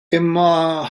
imma